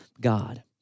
God